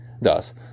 Thus